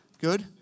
good